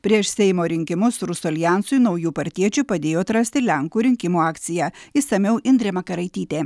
prieš seimo rinkimus rusų aljansui naujų partiečių padėjo atrasti lenkų rinkimų akcija išsamiau indrė makaraitytė